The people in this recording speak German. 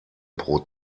pro